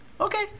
Okay